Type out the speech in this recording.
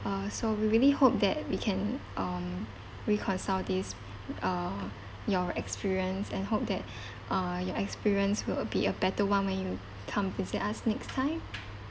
uh so we really hope that we can um reconcile this uh your experience and hope that uh your experience will be a better [one] when you come visit us next time